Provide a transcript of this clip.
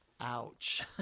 Ouch